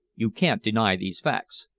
you can't deny these facts.